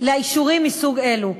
לאישורים מסוג אלו.